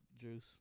Juice